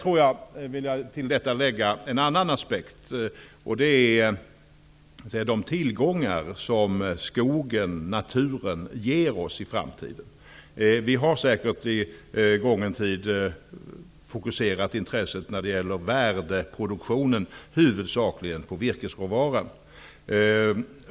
Till detta vill jag lägga en annan aspekt, nämligen de tillgångar som skogen, naturen, ger oss i framtiden. I gången tid har vi säkert fokuserat intresset huvudsakligen på virkesråvaran när det gäller värdeproduktionen.